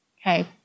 Okay